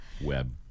web